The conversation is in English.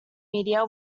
media